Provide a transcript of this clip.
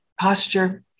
posture